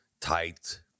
tight